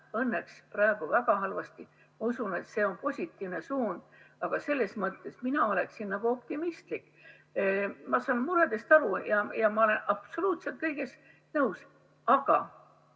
õnneks praegu väga halvasti – ma usun, et see on positiivne suund –, siis selles mõttes ma oleksin optimistlik. Ma saan muredest aru ja ma olen absoluutselt kõigega nõus, aga